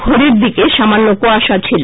ভোরের দিকে সামান্য কুয়াশা ছিল